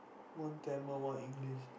one Tamil one English